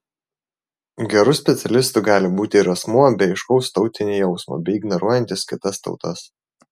geru specialistu gali būti ir asmuo be aiškaus tautinio jausmo bei ignoruojantis kitas tautas